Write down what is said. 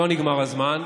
לא נגמר הזמן.